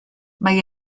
mae